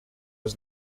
was